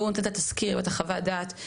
שנותן את התסקיר ואת חוות הדעת,